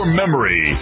memory